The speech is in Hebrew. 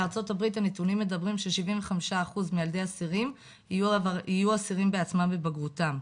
בארה"ב הנתונים מדברים ש-75% מילדי אסירים יהיו אסירים בעצמם בבגרותם,